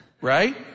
right